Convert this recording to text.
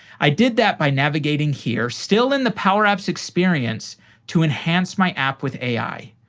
i did that by navigating here, still in the power apps experience to enhance my app with ai.